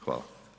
Hvala.